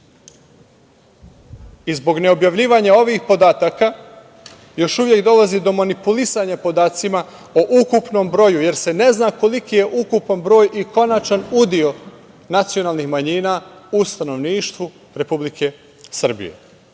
i zbog neobjavljivanja ovih podataka, još uvek dolazi do manipulisanja podacima o ukupnom broju, jer se ne zna koliki je ukupan broj i konačan udeo nacionalnih manjina u stanovništvu Republike Srbije. Član